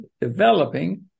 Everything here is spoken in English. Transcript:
developing